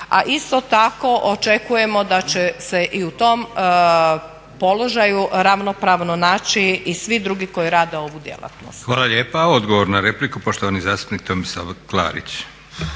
a isto tako očekujemo da će se i u tom položaju ravnopravno naći i svi drugi koji rade ovu djelatnost. **Leko, Josip (SDP)** Hvala lijepa. Odgovor na repliku, poštovani zastupnik Tomislav Klarić.